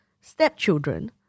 stepchildren